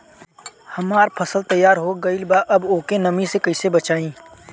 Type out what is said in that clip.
हमार फसल तैयार हो गएल बा अब ओके नमी से कइसे बचाई?